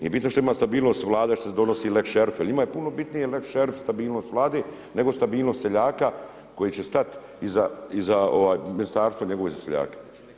Nije bitno što ima stabilnost Vlada, što se donosi lex šerif, njima je puno bitnije lex šerif, stabilnost Vlade nego stabilnost seljaka koji će stat iza Ministarstva i njegova seljaka.